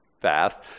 fast